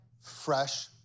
fresh